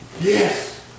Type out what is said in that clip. Yes